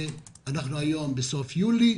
ואנחנו היום בסוף יולי,